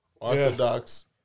Orthodox